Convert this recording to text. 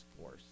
force